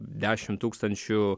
dešim tūkstančių